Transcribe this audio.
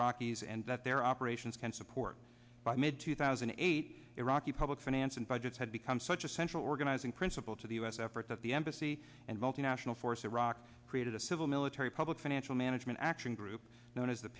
iraqis and that their operations can support by mid two thousand and eight iraqi public financing budgets had become such a central organizing principle to the u s effort that the embassy and multinational force iraq created a civil military public financial management action group known as the